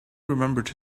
remembered